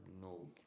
no